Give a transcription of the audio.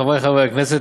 חברי חברי הכנסת,